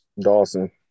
Dawson